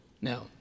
no